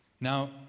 Now